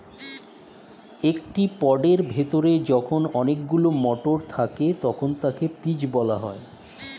একটি পডের ভেতরে যখন অনেকগুলো মটর থাকে তখন তাকে পিজ বলা হয়